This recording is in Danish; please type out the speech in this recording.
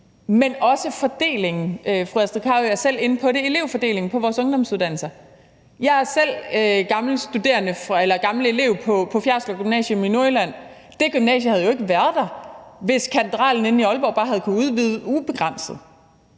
også fordelingen – fru Astrid Carøe var selv inde på det – altså elevfordelingen på vores ungdomsuddannelser. Jeg er selv gammel elev fra Fjerritslev Gymnasium i Nordjylland; det gymnasium havde jo ikke været der, hvis Katedralskolen inde i Aalborg bare havde kunnet udvide ubegrænset,